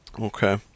Okay